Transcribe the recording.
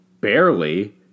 barely